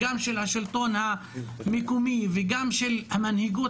גם של השלטון המקומי וגם של המנהיגות